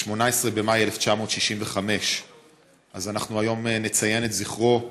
18 במאי 1965. אנחנו היום נציין את זכרו.